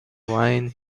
wine